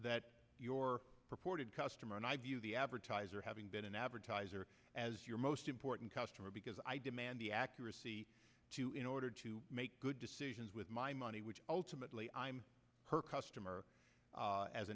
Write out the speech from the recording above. that your purported customer and i view the advertiser having been an advertiser as your most important customer because i demand the accuracy to in order to make good decisions with my money which ultimately i'm her customer